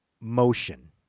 motion